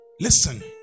Listen